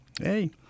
hey